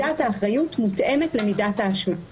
בהכנה לקריאה שנייה ושלישית של הצעת החוק החשובה הזאת.